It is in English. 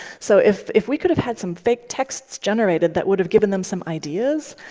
so if if we could have had some fake texts generated that would have given them some ideas,